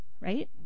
right